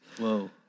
Whoa